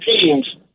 teams